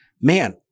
man